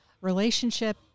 Relationship